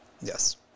yes